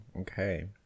Okay